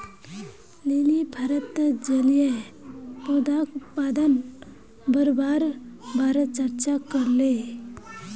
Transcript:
lily भारतत जलीय पौधाक उत्पादन बढ़वार बारे चर्चा करले